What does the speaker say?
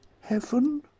Heaven